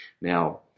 now